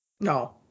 No